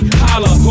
holla